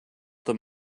them